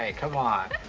ah c'mon?